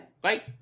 Bye